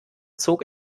zog